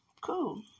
cool